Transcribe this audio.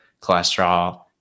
cholesterol